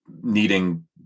needing